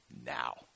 now